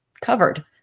covered